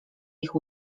ich